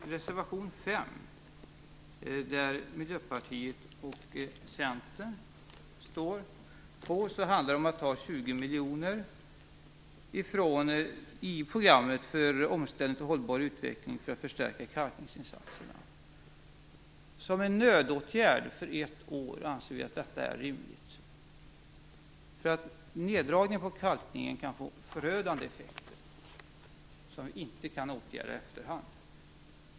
Reservation 5, som Miljöpartiet och Centern står bakom, handlar om att ta 20 miljoner från programmet för omställning till hållbar utveckling till att förstärka kalkningsinsatserna. Som en nödåtgärd för ett år anser vi att detta är rimligt. Neddragningar på kalkningen kan få förödande effekter som vi inte kan åtgärda i efterhand.